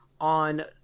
on